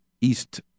East